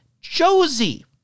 Josie